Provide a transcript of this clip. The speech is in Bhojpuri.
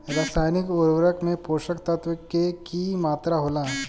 रसायनिक उर्वरक में पोषक तत्व के की मात्रा होला?